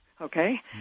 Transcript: Okay